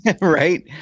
Right